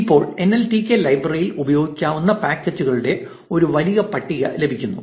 ഇപ്പോൾ എൻഎൽടികെ ലൈബ്രറിയിൽ ഉപയോഗിക്കാവുന്ന പാക്കേജുകളുടെ ഒരു വലിയ പട്ടികയുണ്ട്